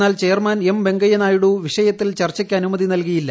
എന്നാൽ chairman M Venkaiah Naidu വിഷയത്തിൽ ചർച്ചയ്ക്ക് അനുമതി നൽകിയില്ല